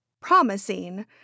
promising